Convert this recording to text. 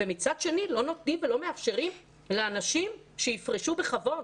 ומצד שני לא נותנים ולא מאפשרים לאנשים שיפרשו בכבוד.